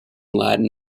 latin